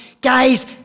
guys